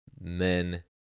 men